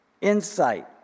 insight